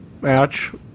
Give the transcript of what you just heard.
match